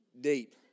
Deep